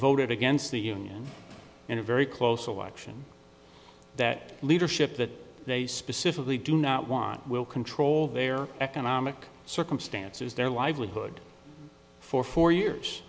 voted against the union in a very close election that leadership that they specifically do not want will control their economic circumstances their livelihood for four years